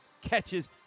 catches